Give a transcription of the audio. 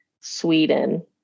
Sweden